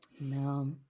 No